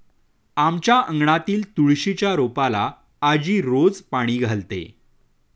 आमच्या अंगणातील तुळशीच्या रोपाला आजी रोज पाणी घालते